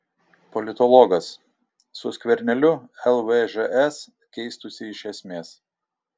politologas su skverneliu lvžs keistųsi iš esmės